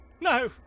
No